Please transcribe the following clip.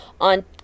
on